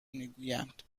میگویند